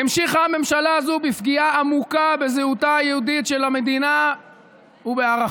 המשיכה הממשלה הזו בפגיעה עמוקה בזהותה היהודית של המדינה ובערכיה,